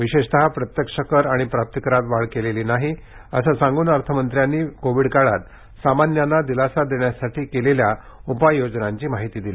विशेषतः प्रत्यक्ष कर आणि प्राप्तीकरात वाढ केलेली नाही असं सांगून अर्थमंत्र्यांनी कोविड काळात सामान्यांना दिलासा देण्यासाठी केलेल्या उपाययोजनांची माहिती दिली